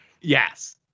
yes